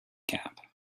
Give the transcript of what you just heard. cap